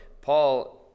Paul